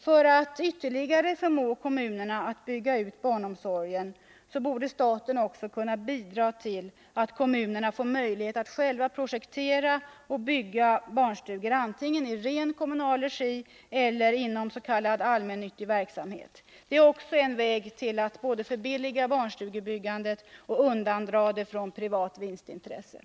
För att ytterligare förmå kommunerna att bygga ut barnomsorgen borde staten också kunna bidra till att kommunerna får möjlighet att själva projektera och bygga barnstugor, antingen i ren kommunal regi eller också inom s.k. allmännyttig verksamhet. Det är också en väg till att både förbilliga barnstugebyggandet och undandra det från privata vinstintressen.